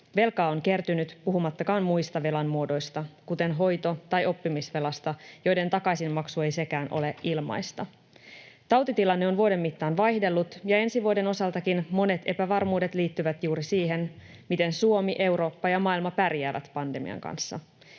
Velkaa on kertynyt, puhumattakaan muista velan muodoista, kuten hoito- tai oppimisvelasta, joiden takaisinmaksu ei sekään ole ilmaista. Tautitilanne on vuoden mittaan vaihdellut, ja ensi vuoden osaltakin monet epävarmuudet liittyvät juuri siihen, miten Suomi, Eurooppa ja maailma pärjäävät pandemian kanssa.